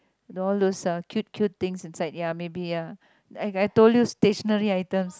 all those eh cute cute things inside ya maybe ya like I told you stationary items